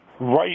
right